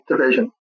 Division